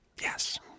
yes